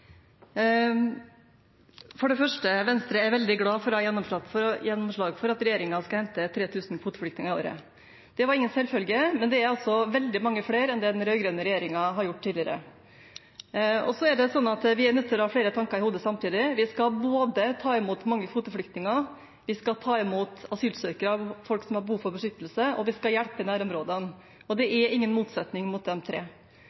For det første er Venstre veldig glad for å ha fått gjennomslag for at regjeringen skal hente 3 000 kvoteflyktninger i året. Det var ingen selvfølge, men det er altså veldig mange flere enn det den rød-grønne regjeringen har gjort tidligere. Så er vi nødt til å ha flere tanker i hodet samtidig, vi skal både ta imot mange kvoteflyktninger, vi skal ta imot asylsøkere, folk som har behov for beskyttelse, og vi skal hjelpe i nærområdene. Og det er ingen motsetning mellom de tre.